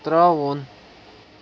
ترٛاوُن